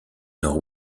nord